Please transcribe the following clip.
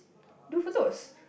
do for those